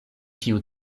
tiu